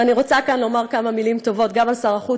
ואני רוצה כאן לומר כמה מילים טובות גם על שר החוץ,